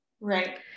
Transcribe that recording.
right